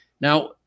Now